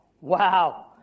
wow